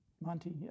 Monty